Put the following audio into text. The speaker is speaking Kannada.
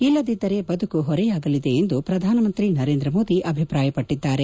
ಇಲ್ಲದಿದ್ದರೆ ಬದುಕು ಹೊರೆಯಾಗಲಿದೆ ಎಂದು ಪ್ರಧಾನಮಂತ್ರಿ ನರೇಂದ್ರ ಮೋದಿ ಅಭಿಪ್ರಾಯಪಟ್ಟಿದ್ದಾರೆ